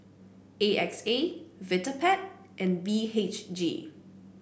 A X A Vitapet and B H G